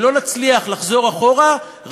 אם לא נצליח לחזור אחורה,